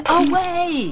away